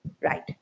Right